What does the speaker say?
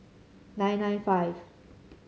nine nine five